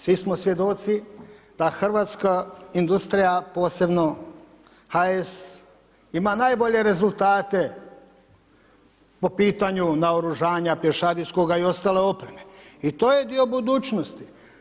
Svi smo svjedoci da hrvatska industrija posebno HS ima najbolje rezultate po pitanju naoružanja, pješadijskoga i ostale oprema i to je dio budućnosti.